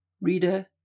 Reader